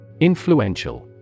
Influential